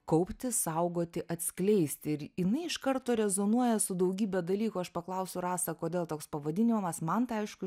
kaupti saugoti atskleisti ir jinai iš karto rezonuoja su daugybe dalykų aš paklausiu rasa kodėl toks pavadinimas man tai aišku